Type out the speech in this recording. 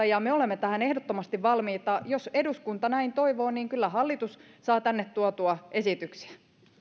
ja me olemme tähän ehdottomasti valmiita jos eduskunta näin toivoo niin kyllä hallitus saa tänne tuotua esityksiä